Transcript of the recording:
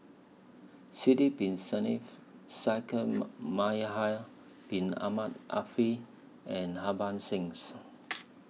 Sidek Bin Saniff Shaikh Yahya Bin Ahmed Afifi and Harbans Sings